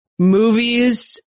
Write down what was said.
movies